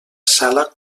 sala